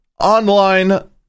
Online